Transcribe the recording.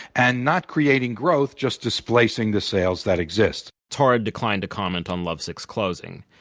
and not creating growth, just displacing the sales that exist. torrid declined to comment on lovesick's closing,